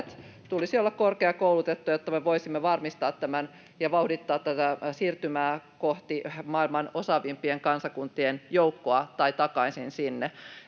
tulisi olla korkeakoulutettuja, jotta me voisimme varmistaa ja vauhdittaa siirtymää kohti maailman osaavimpien kansakuntien joukkoa tai takaisin sinne.